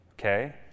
okay